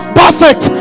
perfect